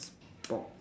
sports